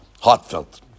heartfelt